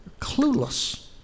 clueless